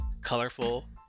colorful